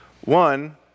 One